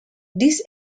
this